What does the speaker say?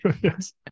Yes